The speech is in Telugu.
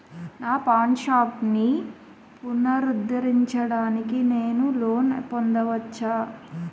నా పాన్ షాప్ని పునరుద్ధరించడానికి నేను లోన్ పొందవచ్చా?